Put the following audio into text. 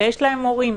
ויש להם הורים,